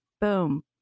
Boom